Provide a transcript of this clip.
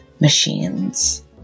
machines